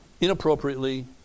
inappropriately